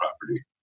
property